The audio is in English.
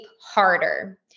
harder